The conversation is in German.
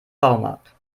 baumarkt